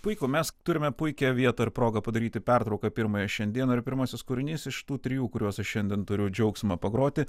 puiku mes turime puikią vietą ir progą padaryti pertrauką pirmąją šiandieną ir pirmasis kūrinys iš tų trijų kuriuos aš šiandien turiu džiaugsmą pagroti